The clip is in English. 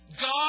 God